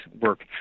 work